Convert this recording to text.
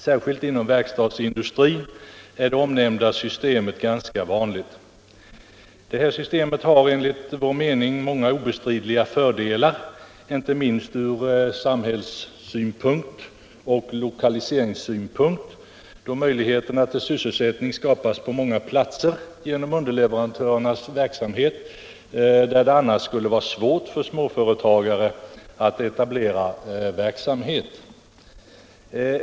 Särskilt inom verkstadsindustrin är nämnda system ganska vanligt. Systemet har enligt min mening många obestridliga fördelar, inte minst ur samhällssynpunkt och lokaliseringssynpunkt, då möjligheter till sysselsättning genom underleverantörernas verksamhet skapas på många platser där det annars skulle vara svårt för småföretagare att etablera verksamhet.